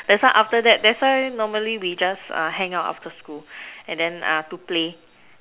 that's why after that that's why normally we just uh hang out after school and then uh to play